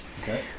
Okay